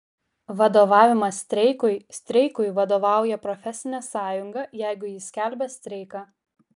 vadovavimas streikui streikui vadovauja profesinė sąjunga jeigu ji skelbia streiką